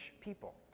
people